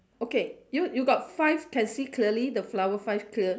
okay you you got five can see clearly the flower five clear~